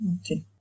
Okay